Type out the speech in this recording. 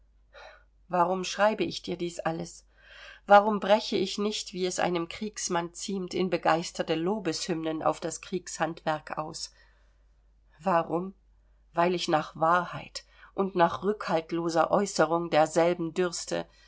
warum schreibe ich dir dies alles warum breche ich nicht wie es einem kriegsmann ziemt in begeisterte lobeshymnen auf das kriegshandwerk aus warum weil ich nach wahrheit und nach rückhaltloser äußerung derselben dürste